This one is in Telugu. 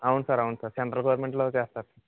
అవును సార్ అవును సార్ సెంట్రల్ గవర్నమెంట్లో చేస్తారు